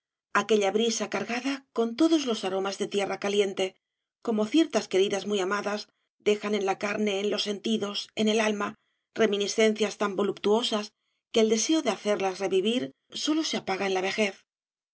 aquella brisa cargada con todos los aromas de tierra caliente como ciertas queridas muy amadas dejan en la carne en los sentidos en el alma reminiscencias tan voluptuosas que el deseo de hacerlas revivir sólo se apaga en la vejez mi